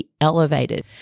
elevated